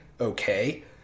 okay